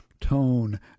tone